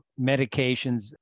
medications